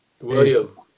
William